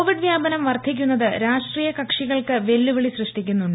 Covid വ്യാപനം വർദ്ധിക്കുന്നത് രാഷ്ട്രീയ കക്ഷികൾക്ക് വെല്ലുവിളി സൃഷ്ടിക്കുന്നുണ്ട്